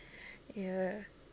ya